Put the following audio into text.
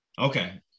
okay